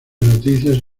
noticias